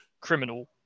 criminal